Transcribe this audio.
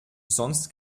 sonst